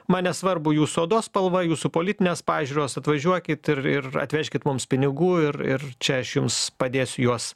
man nesvarbu jūsų odos spalva jūsų politinės pažiūros atvažiuokit ir ir atvežkit mums pinigų ir ir čia aš jums padėsiu juos